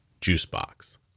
Juicebox